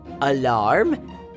Alarm